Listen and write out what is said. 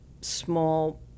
small